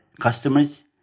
customers